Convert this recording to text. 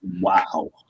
wow